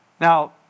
Now